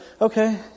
okay